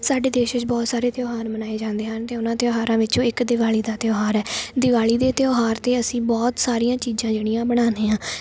ਸਾਡੇ ਦੇਸ਼ ਵਿਚ ਬਹੁਤ ਸਾਰੇ ਤਿਉਹਾਰ ਮਨਾਏ ਜਾਂਦੇ ਹਨ ਅਤੇ ਉਹਨਾਂ ਤਿਉਹਾਰਾਂ ਵਿੱਚੋਂ ਇੱਕ ਦਿਵਾਲੀ ਦਾ ਤਿਉਹਾਰ ਹੈ ਦਿਵਾਲੀ ਦੇ ਤਿਉਹਾਰ 'ਤੇ ਅਸੀਂ ਬਹੁਤ ਸਾਰੀਆਂ ਚੀਜ਼ਾਂ ਜਿਹੜੀਆਂ ਬਣਾਉਂਦੇ ਹਾਂ